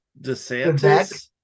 DeSantis